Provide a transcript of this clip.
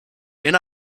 men